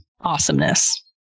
awesomeness